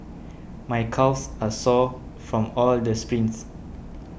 my calves are sore from all the sprints